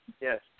Yes